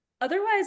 otherwise